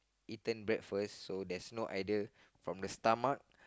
eaten breakfast so there's no idea from the stomach